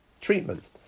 treatment